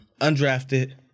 undrafted